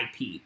IP